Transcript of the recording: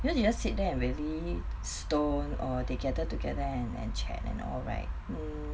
because you just sit there and really stone or they gather together and and chat and all right mm